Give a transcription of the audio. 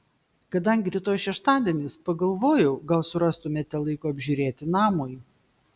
kadangi rytoj šeštadienis pagalvojau gal surastumėte laiko apžiūrėti namui